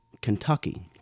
Kentucky